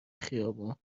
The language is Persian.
خیابان